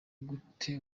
gute